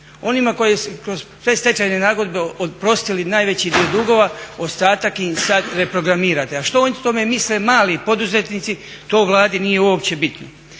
Onima kojima su kroz predstečajne nagodbe oprostili najveći dio dugova ostatak im sad reprogramirate. A što o tome misle mali poduzetnici, to Vladi nije uopće bitno.